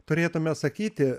turėtume sakyti